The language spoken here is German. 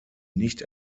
nicht